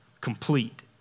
complete